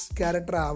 character